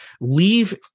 leave